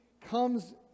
comes